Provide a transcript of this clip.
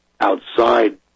outside